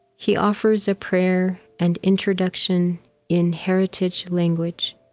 he offers a prayer and introduction in heritage language.